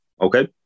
Okay